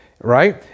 right